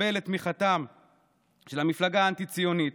לקבל את תמיכתה של המפלגה האנטי-ציונית.